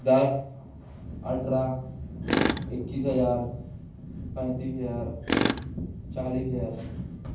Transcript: دس اٹھارہ اکیس ہزار پینتیس ہزار چالیس ہزار